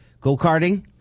go-karting